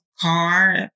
car